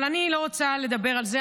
אבל אני לא רוצה לדבר על זה,